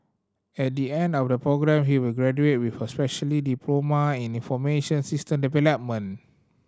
at the end of the programme he will graduate with a specialist diploma in information system